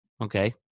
Okay